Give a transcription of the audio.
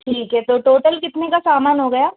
ठीक है तो टोटल कितने का सामान हो गया